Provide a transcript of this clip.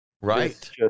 Right